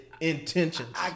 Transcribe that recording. intentions